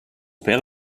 père